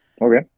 Okay